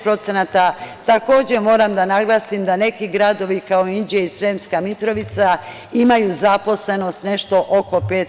Takođe, moram da naglasim da neki gradovi, kao Inđija i Sremska Mitrovica imaju zaposlenost nešto oko 5%